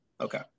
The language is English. okay